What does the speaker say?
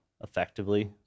effectively